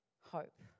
Hope